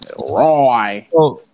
Roy